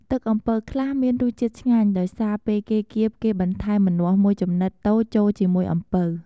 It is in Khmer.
ទឹកអំពៅខ្លះមានរសជាតិឆ្ងាញ់ដោយសារ ពេលគេគៀបគេបន្ថែមម្នាស់មួយចំណិតតូចចូលជាមួយអំពៅ។